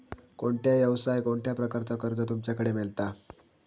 कोणत्या यवसाय कोणत्या प्रकारचा कर्ज तुमच्याकडे मेलता?